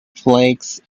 flakes